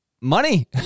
Money